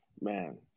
man